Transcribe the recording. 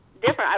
different